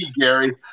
Gary